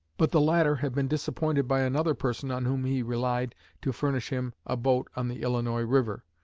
but the latter had been disappointed by another person on whom he relied to furnish him a boat on the illinois river.